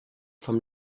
vom